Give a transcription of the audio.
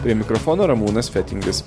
prie mikrofono ramūnas fetingis